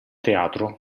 teatro